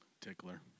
Tickler